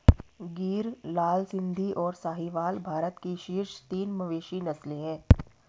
गिर, लाल सिंधी, और साहीवाल भारत की शीर्ष तीन मवेशी नस्लें हैं